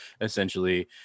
essentially